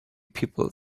people